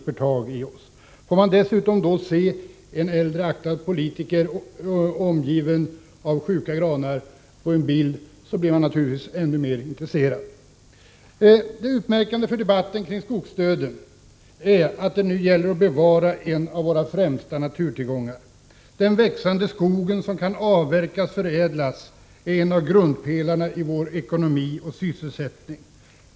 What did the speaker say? Får man dessutom på en bild se en äldre aktad politiker, omgiven av sjuka granar, blir man naturligtvis ännu mer intresserad. Det utmärkande för debatten om skogsdöden är att det nu gäller att bevara en av våra främsta naturtillgångar. Den växande skogen som kan avverkas och förädlas är en av grundpelarna för vår ekonomi och sysselsättning.